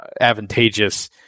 advantageous